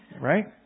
right